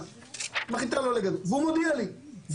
מחליטה לא לגדל והם מודיעים לי,